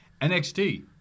NXT